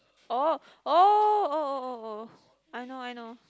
orh orh orh orh orh orh I know I know